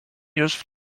już